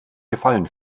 gefallen